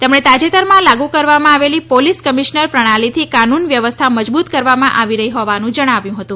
તેમણે તાજેતરમાં લાગૂ કરવામાં આલી પોલીસ કમિશ્નર પ્રણાલીથી કાનૂની વ્વસ્થઆ મજબૂત કરવામાં આવી રહી હોવાનું જણાવ્યું હતુ